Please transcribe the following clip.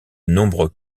nombreux